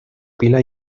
pila